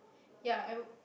ya I would